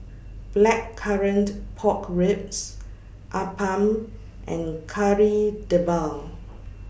Blackcurrant Pork Ribs Appam and Kari Debal